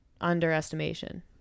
underestimation